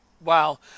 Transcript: Wow